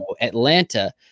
Atlanta